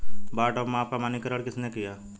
बाट और माप का मानकीकरण किसने किया?